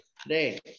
today